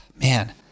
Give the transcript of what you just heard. Man